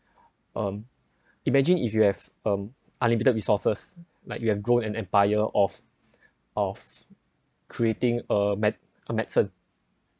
um imagine if you have um unlimited resources like you have grown an empire of of creating a med~ a medicine